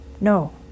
No